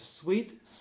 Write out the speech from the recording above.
sweet